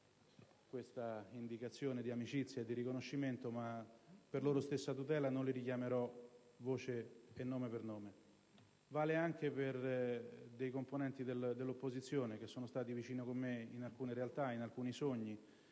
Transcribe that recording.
diretta questa indicazione di amicizia e di riconoscimento, ma per loro stessa tutela non li richiamerò nome per nome. Ciò vale anche per alcuni componenti dell'opposizione che sono stati vicino a me in alcune realtà, in alcuni sogni: